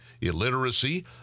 illiteracy